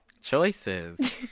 Choices